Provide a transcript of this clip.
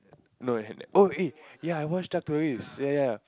no had that oh eh I watch dark tourist ya ya ya